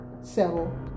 settle